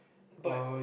but